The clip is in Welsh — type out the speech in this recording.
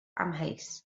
amheus